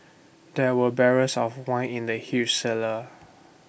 there were barrels of wine in the huge cellar